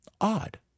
odd